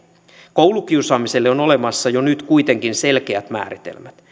koulukiusaamiselle on olemassa jo nyt kuitenkin selkeät määritelmät